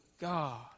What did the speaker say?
God